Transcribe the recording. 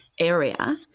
area